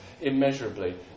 immeasurably